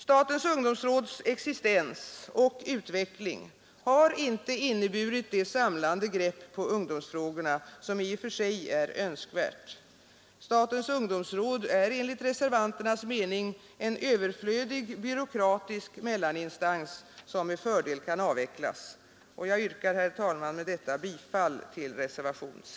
Statens ungdomsråds existens och utveckling har inte inneburit det samlande grepp på ungdomsfrågorna som i och för sig är önskvärt. Statens ungdomsråd är enligt reservanternas mening en överflödig byråkratisk mellaninstans, som med fördel kan avvecklas. Jag yrkar, herr talman, bifall till reservationen C.